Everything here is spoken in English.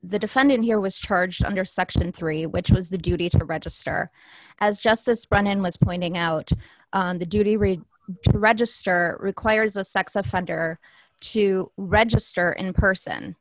the defendant here was charged under section three which was the duty to register as justice brennan was pointing out the duty read register requires a sex offender to register and a person